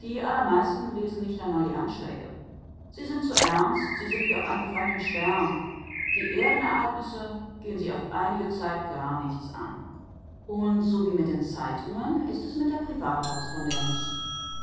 die allermeisten lesen nicht einmal die anschläge sie sind zu ernst sie sind wie auf einem fremden stern die erdenereignisse gehen sie auf einige zeit gar nichts an und so wie mit den zeitungen ist es mit der privatkorrespondenz